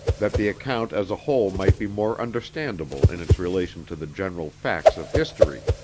that the account as a whole might be more understandable in its relation to the general facts of history.